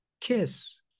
kiss